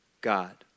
God